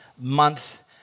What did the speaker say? month